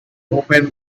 opened